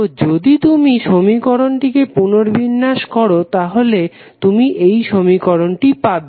তো যদি তুমি সমীকরণটিকে পুনর্বিন্যাস করো তাহলে তুমি এই সমীকরণটি পাবে